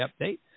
update